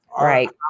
Right